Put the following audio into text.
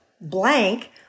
blank